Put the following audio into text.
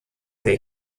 dei